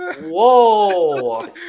Whoa